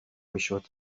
میشد